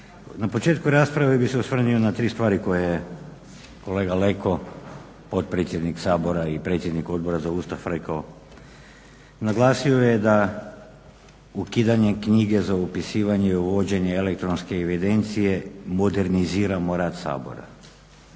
Na početku rasprave bih se osvrnuo na tri stvari koje je kolega Leko, potpredsjednik Sabora i predsjednik Odbora za Ustav rekao. Naglasio je da ukidanje knjige za upisivanje i uvođenje elektronske evidencije moderniziramo rad Sabora.